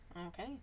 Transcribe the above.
Okay